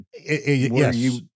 yes